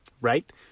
Right